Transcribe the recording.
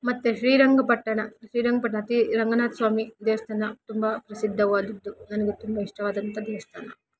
ಮತ್ತು ಶ್ರೀರಂಗಪಟ್ಟಣ ಶ್ರೀರಂಗಪಟ್ಟಣ ತಿ ರಂಗನಾಥಸ್ವಾಮಿ ದೇವಸ್ಥಾನ ತುಂಬ ಪ್ರಸಿದ್ಧವಾದದ್ದು ನನಗೆ ತುಂಬ ಇಷ್ಟವಾದಂಥ ದೇವಸ್ಥಾನ